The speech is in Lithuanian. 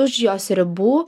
už jos ribų